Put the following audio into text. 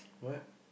why